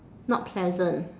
not pleasant